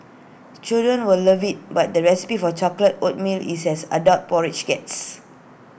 children will love IT but the recipe for chocolate oatmeal is as adult porridge gets